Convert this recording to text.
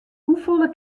hoefolle